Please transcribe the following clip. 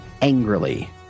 angrily